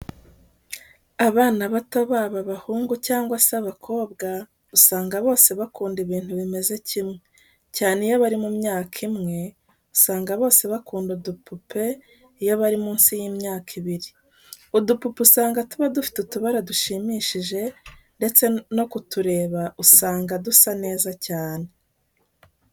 Abana bato baba abahungu cyangwa se abakobwa usanga bose bakunda ibintu bimeze kimwe, cyane iyo bari mu myaka imwe, usanga bose bakunda udupupe iyo bari munsi y'imyaka ibiri. Udupupe usanga tuba dufite utubara dushimishije ndetse no kutureba usanga dusa neza cyane.